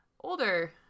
older